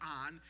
on